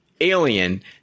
Alien